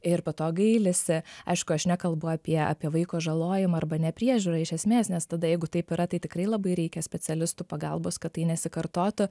ir po to gailisi aišku aš nekalbu apie apie vaiko žalojimą arba nepriežiūrą iš esmės nes tada jeigu taip yra tai tikrai labai reikia specialistų pagalbos kad tai nesikartotų